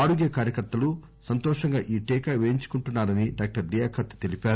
ఆరోగ్య కార్యకర్తలు సంతోషంగా ఈ టీకా పేయించుకుంటున్నారని డాక్టర్ లియాఖత్ తెలిపారు